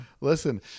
listen